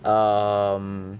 um